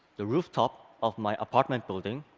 the rooftop of my apartment building,